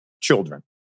children